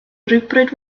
rhywbryd